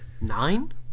nine